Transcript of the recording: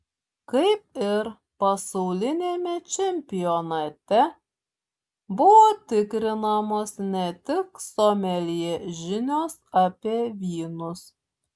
kaip ir pasauliniame čempionate buvo tikrinamos ne tik someljė žinios apie vynus